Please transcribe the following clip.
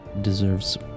deserves